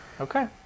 okay